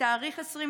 בתאריך 21